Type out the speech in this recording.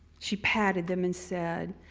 she patted them and said,